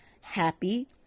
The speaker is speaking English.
happy